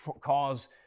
cause